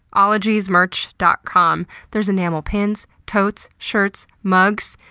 ologiesmerch dot com. there's enamel pins, totes, shirts, mugs,